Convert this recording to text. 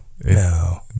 No